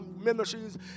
ministries